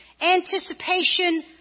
anticipation